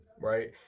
right